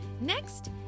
Next